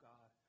God